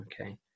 Okay